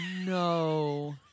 no